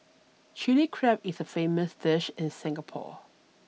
Chilli Crab is a famous dish in Singapore